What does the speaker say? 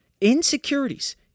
insecurities